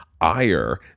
ire